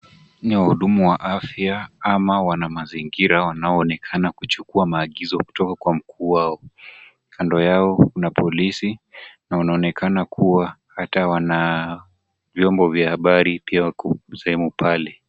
Ni wahudumu wa afya ama wanamazingira wanaoonekana kuchukua maagizo kutoka kwa mkubwa wao. Kando yao kuna polisi na wanaonekana kuwa hata wana vyombo vya habari pia wako sehemu pale.